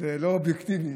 לא אובייקטיבי